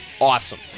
awesome